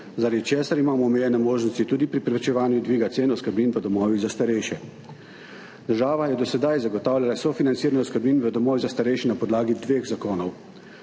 zaradi česar imamo omejene možnosti tudi pri preprečevanju dviga cen oskrbnin v domovih za starejše. Država je do sedaj zagotavljala sofinanciranje oskrbnin v domovih za starejše na podlagi dveh zakonov.